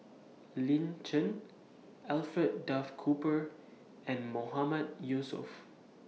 Lin Chen Alfred Duff Cooper and Mahmood Yusof